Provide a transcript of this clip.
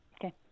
Okay